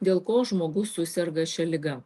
dėl ko žmogus suserga šia liga